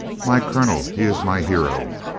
my colonel, he is my hero,